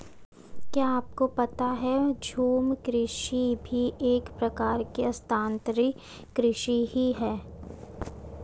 क्या आपको पता है झूम कृषि भी एक प्रकार की स्थानान्तरी कृषि ही है?